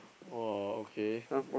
!woah! okay